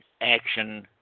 action